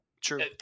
true